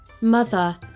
Mother